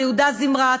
ליהודה זמרת,